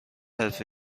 حرفه